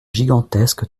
gigantesques